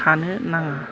थानो नाङा